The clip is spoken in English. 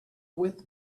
with